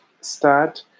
start